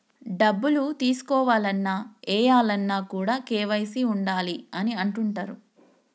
డబ్బులు తీసుకోవాలన్న, ఏయాలన్న కూడా కేవైసీ ఉండాలి అని అంటుంటరు